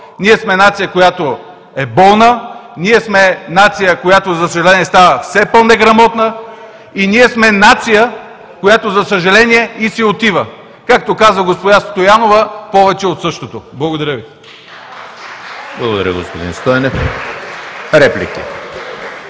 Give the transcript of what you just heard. Ние сме нация, която е болна, ние сме нация, която, за съжаление, става все по-неграмотна и ние сме нация, която, за съжаление, и си отива! Както каза госпожа Стоянова – повече от същото. Благодаря Ви.